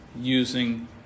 using